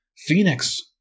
Phoenix